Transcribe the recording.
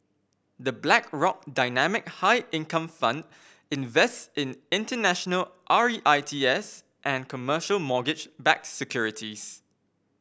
the Blackrock Dynamic High Income Fund invests in international R E I T S and commercial mortgage backed securities